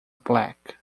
black